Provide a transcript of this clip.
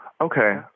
okay